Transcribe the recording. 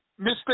Mr